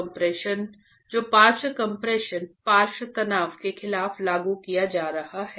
compression भार जो पार्श्व कम्प्रेशन पार्श्व तनाव के खिलाफ लागू किया जा रहा है